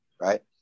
right